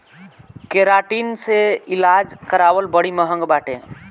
keratin से इलाज करावल बड़ी महँग बाटे